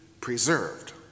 preserved